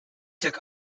took